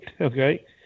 okay